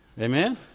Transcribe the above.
Amen